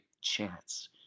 chance